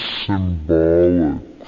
symbolic